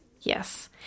Yes